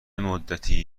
مدتی